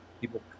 people